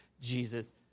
Jesus